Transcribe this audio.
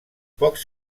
pocs